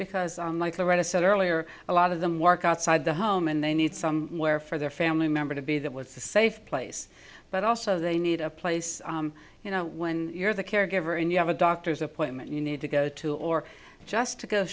because unlike the writer said earlier a lot of them work outside the home and they need some where for their family member to be that was a safe place but also they need a place you know when you're the caregiver and you have a doctor's appointment you need to go to or just to go